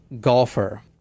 golfer